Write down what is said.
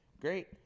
great